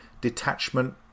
detachment